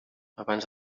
abans